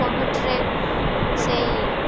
କୋଭିଡ଼ରେ ସେଇ